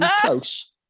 close